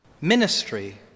Ministry